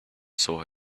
saw